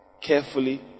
Carefully